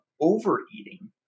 overeating